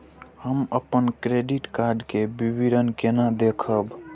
हम अपन credit card के विवरण केना देखब?